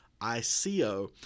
ICO